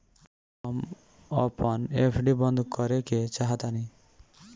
हम अपन एफ.डी बंद करेके चाहातानी